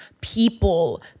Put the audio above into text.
people